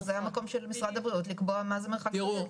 וזה המקום של משרד הבריאות לקבוע מה זה מרחק סביר.